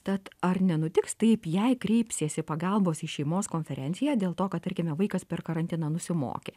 tad ar nenutiks taip jei kreipsiesi pagalbos į šeimos konferenciją dėl to kad tarkime vaikas per karantiną nusimokė